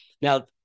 Now